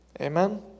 Amen